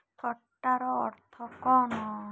ଥଟ୍ଟାର ଅର୍ଥ କ'ଣ